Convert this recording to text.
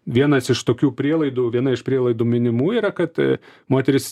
vienas iš tokių prielaidų viena iš prielaidų minimų yra kad moterys